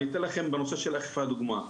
אני אתן לכם בנושא של אכיפה דוגמא,